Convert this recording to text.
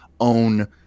own